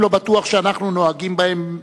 לא בטוח שאנחנו נוהגים בהם,